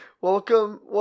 Welcome